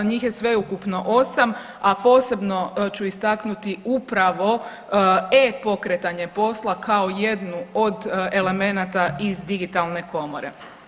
Njih je sveukupno osam, a posebno ću istaknuti upravo e-pokretanje posla kao jednu od elemenata iz Digitalne komore.